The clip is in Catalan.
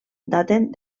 daten